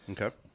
Okay